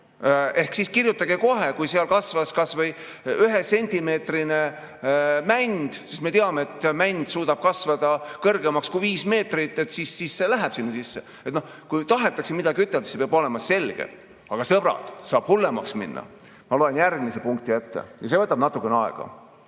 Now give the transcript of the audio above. ehk siis kirjutage kohe, et kui seal kasvas kas või ühesentimeetrine mänd, sest me teame, et mänd suudab kasvada kõrgemaks kui viis meetrit, siis see läheb sinna sisse. Kui tahetakse midagi ütelda, siis see peab olema selge. Aga sõbrad, saab hullemaks minna. Ma loen järgmise punkti ette ja see võtab natukene aega.